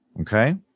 okay